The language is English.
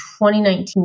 2019